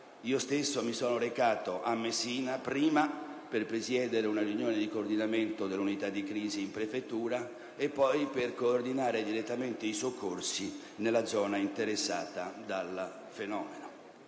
io stesso mi sono recato a Messina, prima per presiedere una riunione di coordinamento dell'unità di crisi in prefettura e poi per coordinare direttamente i soccorsi nella zona interessata dal fenomeno.